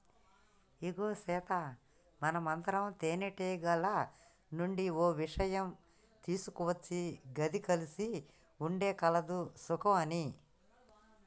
ఇగో సీత మనందరం తేనెటీగల నుండి ఓ ఇషయం తీసుకోవచ్చు గది కలిసి ఉంటే కలదు సుఖం అని